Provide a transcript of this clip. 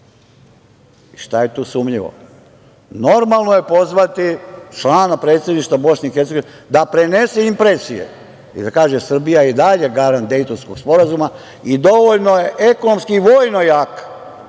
I šta je tu sumnjivo? Normalno je pozvati člana predsedništva Bosne i Hercegovine da prenese impresije i da kaže - Srbija je i dalje garant Dejtonskog sporazuma i dovoljno je ekonomski i vojno jaka